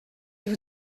vous